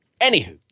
anywho